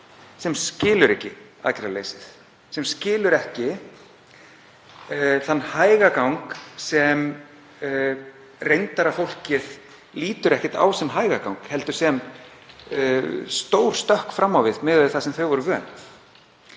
sem skilur ekki aðgerðaleysið, sem skilur ekki þann hægagang sem reyndara fólkið lítur ekkert á sem hægagang heldur sem stór stökk fram á við miðað við það sem þau voru vön.